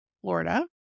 Florida